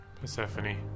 Persephone